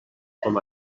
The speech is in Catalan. com